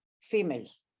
females